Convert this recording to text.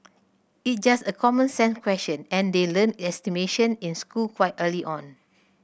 it's just a common sense question and they learn estimation in school quite early on